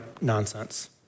nonsense